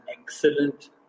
excellent